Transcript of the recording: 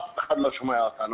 אף אחד לא שומע אותנו.